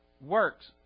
works